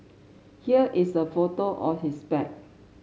here is a photo of his bag